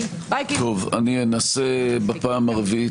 (חבר הכנסת משה טור פז יוצא מחדר הוועדה.) אני אנסה בפעם הרביעית,